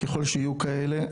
ככל שיהיו כאלה,